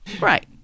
right